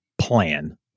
plan